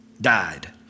died